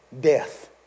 Death